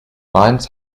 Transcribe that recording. lions